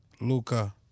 Luca